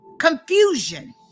confusion